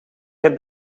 heb